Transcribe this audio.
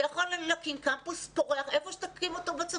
אפשר להקים קמפוס פורח בצפון,